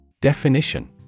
Definition